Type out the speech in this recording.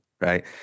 right